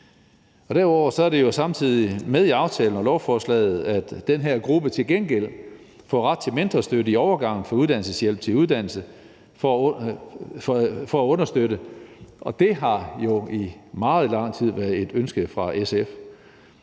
Derudover er det samtidig med i aftalen og i lovforslaget, at den her gruppe til gengæld får ret til mentorstøtte i overgangen fra uddannelseshjælp til uddannelse for at understøtte dem, og det har jo i meget lang tid været et ønske fra SF.